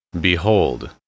Behold